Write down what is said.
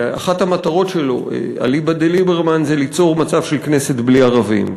שאחת המטרות שלו אליבא דליברמן היא ליצור מצב של כנסת בלי ערבים,